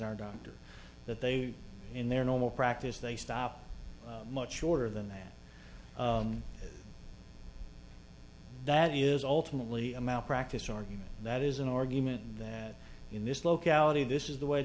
our doctor that they in their normal practice they stop much shorter than that that is ultimately a malpractise argument that is an argument that in this locality this is the way